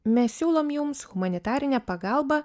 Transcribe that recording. mes siūlom jums humanitarinę pagalbą